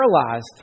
paralyzed